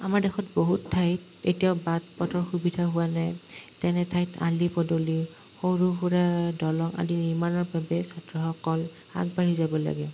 আমাৰ দেশত বহুত ঠাইত এতিয়াও বাট পথৰ সুবিধা হোৱা নাই তেনে ঠাইত আলি পদূলি সৰু সুৰা দলং আদি নিৰ্মাণৰ বাবে ছাত্ৰসকল আগবাঢ়ি যাব লাগে